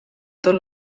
tot